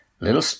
little